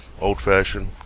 Old-fashioned